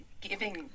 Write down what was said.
giving